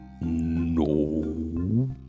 No